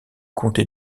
comté